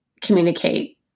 communicate